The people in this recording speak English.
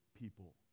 people